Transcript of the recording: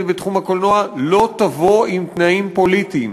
בתחום הקולנוע לא תבוא עם תנאים פוליטיים,